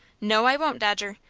no, i won't, dodger.